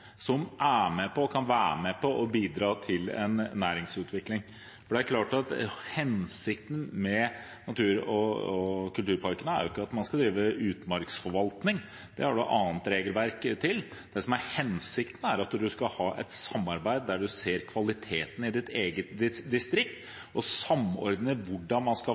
som kan være med på å bidra til næringsutvikling. Hensikten med natur- og kulturparkene er jo ikke at man skal drive utmarksforvaltning. Det har man et annet regelverk til. Det som er hensikten, er at man skal ha et samarbeid der man ser kvaliteten i ens eget distrikt, og samordne hvordan man skal